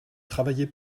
travailler